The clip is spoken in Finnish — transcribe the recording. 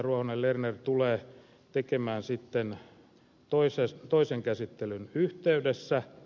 ruohonen lerner tulee tekemään ehdotuksen toisen käsittelyn yhteydessä